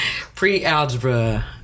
pre-algebra